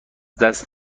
دست